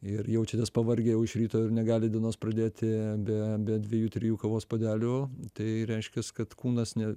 ir jaučiatės pavargę jau iš ryto ir negalit dienos pradėti be be dviejų trijų kavos puodelių tai reiškias kad kūnas ne